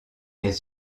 est